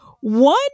one